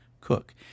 cook